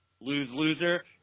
Lose-loser